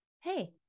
hey